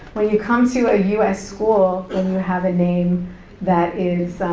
when you come to a u s. school, and you have a name that is,